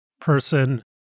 person